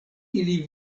ili